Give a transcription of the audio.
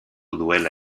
duela